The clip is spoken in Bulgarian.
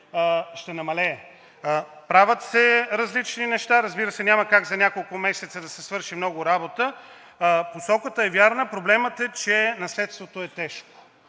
ще намалее. Правят се различни неща. Разбира се, няма как за няколко месеца да се свърши много работа – посоката е вярна. Проблемът е, че наследството е тежко.